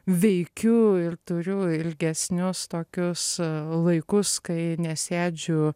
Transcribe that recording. veikiu ir turiu ilgesnius tokius laikus kai nesėdžiu